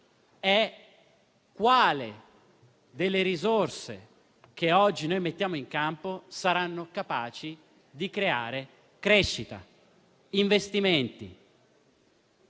è quali delle risorse che oggi mettiamo in campo saranno capaci di creare crescita e investimenti.